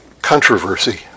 Controversy